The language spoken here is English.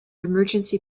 emergency